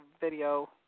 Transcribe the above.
video